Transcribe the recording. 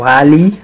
Wali